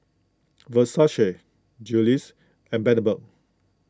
Versace Julie's and Bundaberg